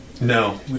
no